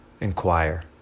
inquire